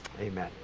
Amen